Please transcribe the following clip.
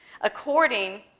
According